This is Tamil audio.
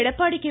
எடப்பாடி கே